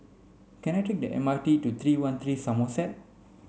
can I take the M R T to three one three Somerset